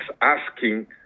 asking